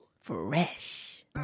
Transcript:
Fresh